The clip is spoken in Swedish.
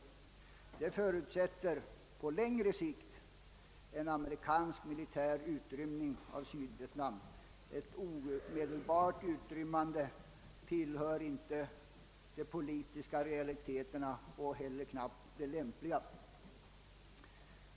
Det förutsätter på längre sikt en amerikansk militär utrymning av Sydvietnam; ett omedelbart utrymmande tillhör inte de politiska realiteterna och knappast till det lämpliga.